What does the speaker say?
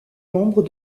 membre